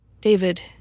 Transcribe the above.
David